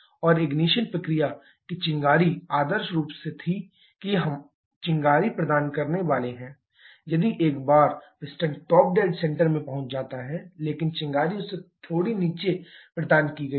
और इग्निशन प्रक्रिया की चिंगारी आदर्श रूप से थी कि हम चिंगारी प्रदान करने वाले हैं यदि एक बार पिस्टन टॉप डेड सेंटर में पहुंच जाता है लेकिन चिंगारी उससे थोड़ी नीचे प्रदान की गई है